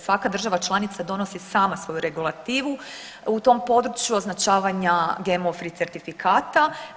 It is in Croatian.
Svaka država članica donosi sama svoju regulativu u tom području označavanja GMO free certifikata.